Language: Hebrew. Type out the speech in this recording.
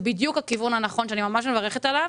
בדיוק הכיוון הנכון שאני ממש מברכת עליו.